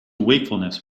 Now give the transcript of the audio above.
wakefulness